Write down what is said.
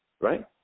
Right